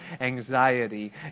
anxiety